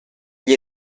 gli